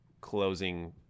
closing